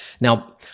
Now